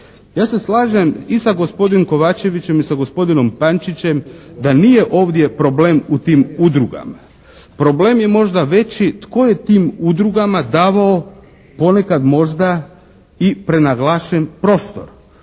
Ja se slažem i sa gospodinom Kovačevićem i sa gospodinom Pančićem da nije ovdje problem u tim udrugama. Problem je možda veći tko je tim udrugama davao ponekad možda i prenaglašen prostor.